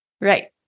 Right